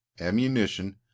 ammunition